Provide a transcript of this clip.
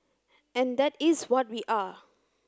and that is what we are